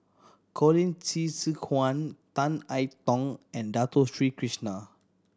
Colin Qi Zhe Quan Tan I Tong and Dato Sri Krishna